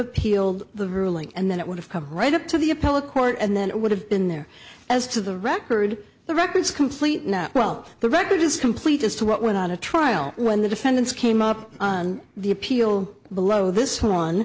appealed the ruling and then it would have come right up to the appellate court and then would have been there as to the record the records complete now well the record is complete as to what went on a trial when the defendants came up on the appeal below this one